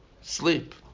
sleep